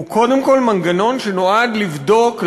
הוא קודם כול מנגנון שנועד לבדוק,